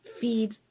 feeds